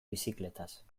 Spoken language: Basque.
bizikletaz